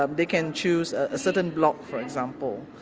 um they can choose a certain block for example,